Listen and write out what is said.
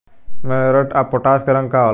Muriate of potash के रंग का होला?